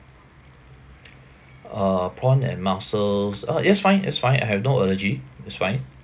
uh prawn and mussels uh it's fine it's fine I have no allergy is fine